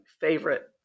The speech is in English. favorite